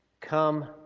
come